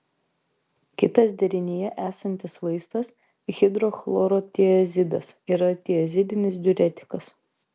kitas derinyje esantis vaistas hidrochlorotiazidas yra tiazidinis diuretikas